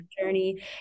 journey